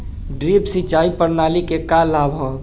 Drip सिंचाई प्रणाली के का लाभ ह?